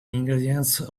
ingredients